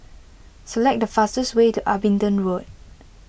select the fastest way to Abingdon Road